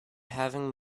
having